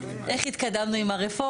למה לא הצלחנו לגייס, איך התקדמנו עם הרפורמה.